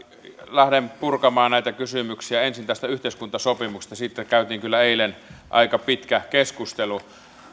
lähden purkamaan näitä kysymyksiä ensin tästä yhteiskuntasopimuksesta siitä käytiin kyllä eilen aika pitkä keskustelu